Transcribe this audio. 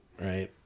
right